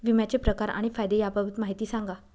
विम्याचे प्रकार आणि फायदे याबाबत माहिती सांगा